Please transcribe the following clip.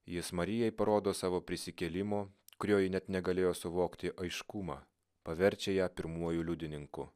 jis marijai parodo savo prisikėlimo kurio ji net negalėjo suvokti aiškumą paverčia ją pirmuoju liudininku